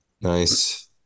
Nice